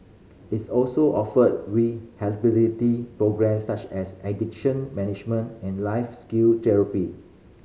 its also offer rehabilitative programmes such as addiction management and life skill therapy